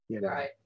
Right